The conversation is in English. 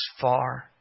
Far